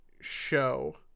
show